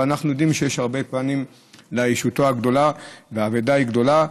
אנחנו יודעים שיש הרבה פנים לאישיותו הגדולה והאבדה היא גדולה,